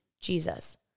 Jesus